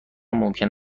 ممکن